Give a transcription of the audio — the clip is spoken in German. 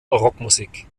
rockmusik